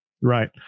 Right